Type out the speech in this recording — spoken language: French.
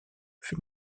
fut